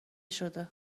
شده